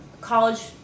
college